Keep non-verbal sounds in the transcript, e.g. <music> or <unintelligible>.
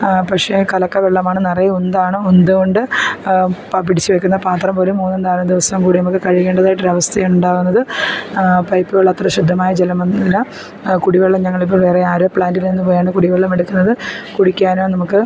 പക്ഷേ കലക്കവെള്ളമാണ് നിറയെ ഉന്താണ് ഉന്ത് കൊണ്ട് പിടിച്ച് വെക്കുന്ന പാത്രം പോലും മൂന്നും നാലും ദിവസം കൂടി നമുക്ക് കഴുകേണ്ടതായൊട്ടരവസ്ഥയുണ്ടാകുന്നത് പൈപ്പ് വെള്ളമത്ര ശുദ്ധമായ ജലമൊന്നുമല്ല കുടിവെള്ളം ഞങ്ങളിപ്പ വേറെ <unintelligible> പ്ലാൻറ്റിൽ നിന്നു പോയാണ് കുടി വെള്ളമെടുക്കുന്നത് കുടിക്കാനോ നമുക്ക്